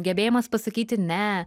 gebėjimas pasakyti ne